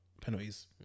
penalties